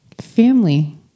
Family